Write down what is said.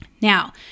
Now